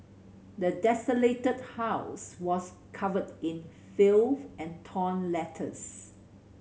the desolated house was covered in filth and torn letters